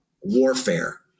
warfare